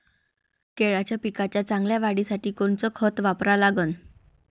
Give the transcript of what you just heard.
केळाच्या पिकाच्या चांगल्या वाढीसाठी कोनचं खत वापरा लागन?